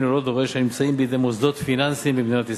ללא דורש שנמצאים בידי מוסדות פיננסיים במדינת ישראל,